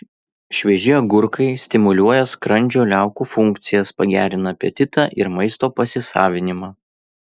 švieži agurkai stimuliuoja skrandžio liaukų funkcijas pagerina apetitą ir maisto pasisavinimą